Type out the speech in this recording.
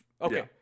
Okay